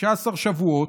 15 שבועות,